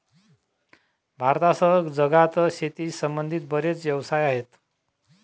भारतासह जगात शेतीशी संबंधित बरेच व्यवसाय आहेत